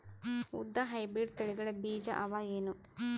ಉದ್ದ ಹೈಬ್ರಿಡ್ ತಳಿಗಳ ಬೀಜ ಅವ ಏನು?